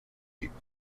people